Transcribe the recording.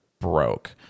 broke